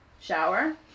shower